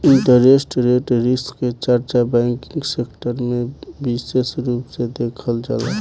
interest rate risk के चर्चा banking sector में बिसेस रूप से देखल जाला